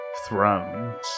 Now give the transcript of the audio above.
Thrones